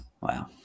Wow